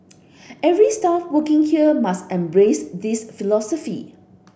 every staff working here must embrace this philosophy